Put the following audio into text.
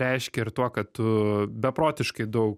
reiškia ir tuo kad tu beprotiškai daug